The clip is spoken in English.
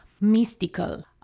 mystical